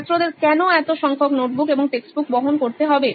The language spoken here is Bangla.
ছাত্রদের কেন এত সংখ্যক নোটবুক এবং টেক্সটবুক বহন করতে হবে